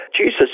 Jesus